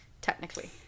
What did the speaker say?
technically